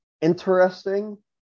interesting